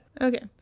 Okay